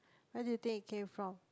where do you take it from